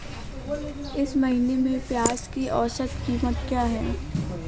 इस महीने में प्याज की औसत कीमत क्या है?